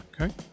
Okay